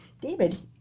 David